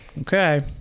Okay